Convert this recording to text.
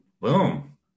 boom